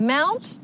Mount